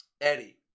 Eddie